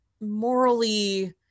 morally